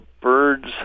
birds